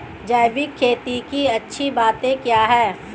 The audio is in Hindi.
जैविक खेती की अच्छी बातें क्या हैं?